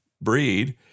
breed